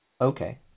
Okay